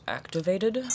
activated